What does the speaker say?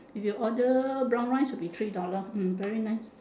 if you order brown rice will be three dollar hmm very nice